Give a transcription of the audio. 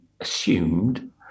assumed